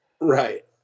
Right